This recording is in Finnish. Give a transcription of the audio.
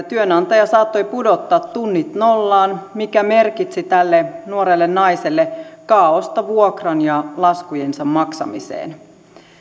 työnantaja saattoi pudottaa tunnit nollaan mikä merkitsi tälle nuorelle naiselle kaaosta vuokran ja laskujensa maksamiseen